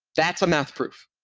that's a math proof.